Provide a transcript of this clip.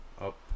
Up